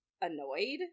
annoyed